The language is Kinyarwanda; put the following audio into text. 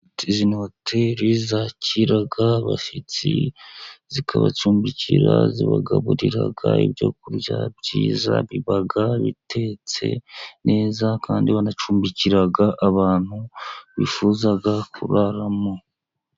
Izi ni hoteli zakira abashyitsi zikabacumbikira , zikabagaburira ibyo kurya byiza, biba bitetse neza kandi banacumbikira abantu bifuza kuraramo.